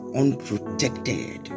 unprotected